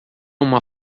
uma